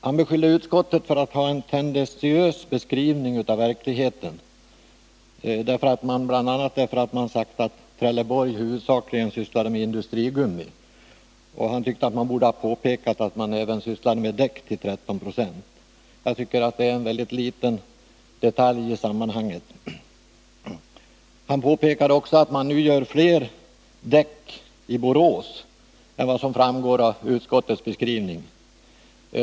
Han beskyller utskottet för att göra en tendentiös beskrivning av verkligheten, bl.a. därför att utskottet sagt att Trelleborg huvudsakligen sysslade med industrigummi. Han ansåg att vi borde ha påpekat att man även sysslade med däck till 13 96. Jag tycker att det är en mycket liten detalj i sammanhanget. Per Olof Håkansson påpekar också att man nu gör fler däck i Borås än vad som framgår av utskottets beskrivning.